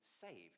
saved